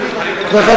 אתה מבקש לשאול?